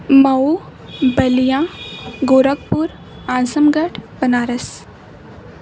Mau Ballia Gorakhpur Azamgarh Banaras